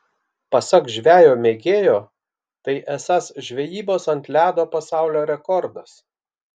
pasak žvejo mėgėjo tai esąs žvejybos ant ledo pasaulio rekordas